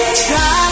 Try